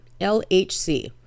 LHC